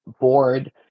board